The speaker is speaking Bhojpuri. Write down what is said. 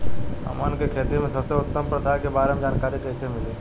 हमन के खेती में सबसे उत्तम प्रथा के बारे में जानकारी कैसे मिली?